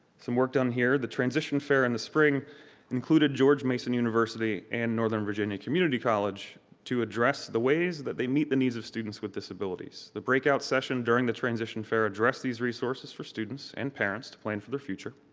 some work done here, the transition fair in the spring included george mason university and northern virginia community college to address the ways that they meet the needs of students with disabilities. the breakout session during the transition fair addressed these resources for students and parents to plan for their future.